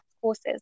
courses